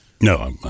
no